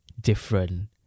different